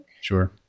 Sure